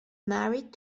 married